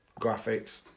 graphics